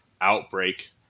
Outbreak